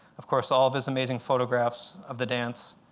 of course, all of his amazing photographs of the dance.